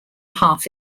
half